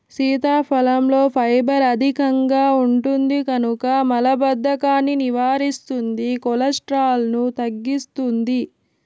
సీతాఫలంలో ఫైబర్ అధికంగా ఉంటుంది కనుక మలబద్ధకాన్ని నివారిస్తుంది, కొలెస్ట్రాల్ను తగ్గిస్తుంది